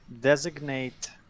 designate